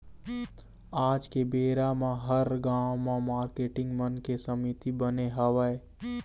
आज के बेरा म हर गाँव म मारकेटिंग मन के समिति बने हवय